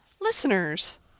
Listeners